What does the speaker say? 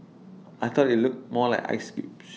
I thought IT looked more like ice cubes